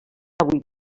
avui